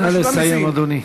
נא לסיים, אדוני.